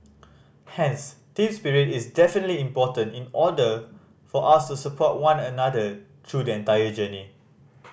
hence team spirit is definitely important in order for us to support one another through the entire journey